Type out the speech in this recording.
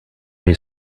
you